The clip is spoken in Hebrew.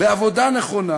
בעבודה נכונה,